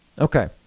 okay